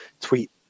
tweet